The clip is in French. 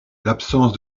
l’absence